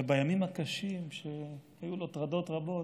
ובימים הקשים, כשהיו לו טרדות רבות,